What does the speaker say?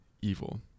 evil